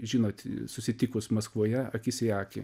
žinot susitikus maskvoje akis į akį